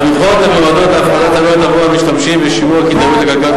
התמיכות המיועדות להפחתת עלויות עבור המשתמשים ושימור הכדאיות הכלכלית